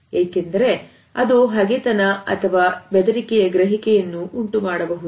ಏಕೆಂದರೆ ಅದು ಹಗೆತನ ಅಥವಾ ಬೆದರಿಕೆಯ ಗ್ರಹಿಕೆಯನ್ನು ಉಂಟುಮಾಡಬಹುದು